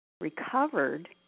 recovered